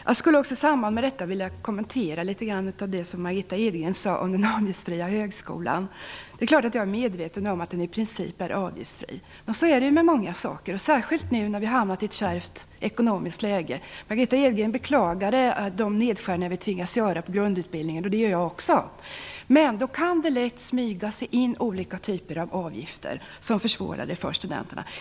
Jag skulle också i samband med detta vilja kommentera litet av det som Margitta Edgren sade om den avgiftsfria högskolan. Det är klart att jag är medveten om att den i princip är avgiftsfri, men så är det med många saker, särskilt nu, när vi har hamnat i ett kärvt ekonomiskt läge. Margitta Edgren beklagade de nedskärningar som vi tvingas göra inom grundutbildningen, och det gör jag också. Men det kan då lätt smyga sig in olika typer av avgifter, som försvårar för studenterna.